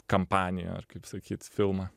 kampaniją ar kaip sakyt filmą